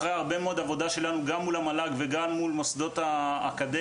אחרי הרבה מאוד עבודה שלנו מול המל"ג ומול מוסדות האקדמיה,